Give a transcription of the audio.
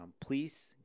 please